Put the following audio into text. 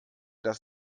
das